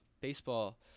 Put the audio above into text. baseball